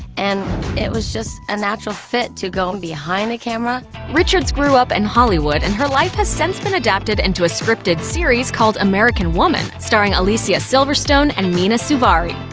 and it was just a natural fit to go and behind the camera richards grew up in and hollywood, and her life has since been adapted into a scripted series called american woman, starring alicia silverstone and mena suvari.